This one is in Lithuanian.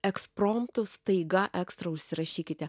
ekspromtu staiga ekstra užsirašykite